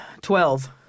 Twelve